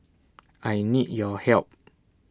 I need your help